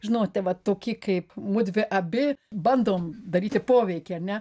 žinote vat toki kaip mudvi abi bandom daryti poveikį ar ne